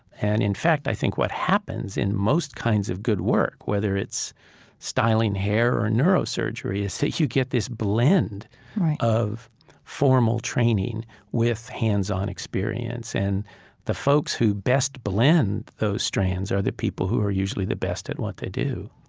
and in fact i think what happens in most kinds of good work, whether it's styling hair or neurosurgery, is that you get this blend of formal training with hands-on experience, and the folks who best blend those strands are the people who are usually the best at what they do